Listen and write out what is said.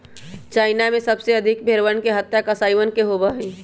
China में सबसे अधिक भेंड़वन के हत्या कसाईखाना में होबा हई